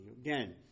Again